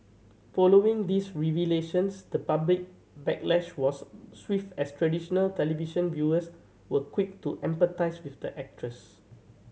following these revelations the public backlash was swift as traditional television viewers were quick to empathise with the actress